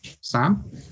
Sam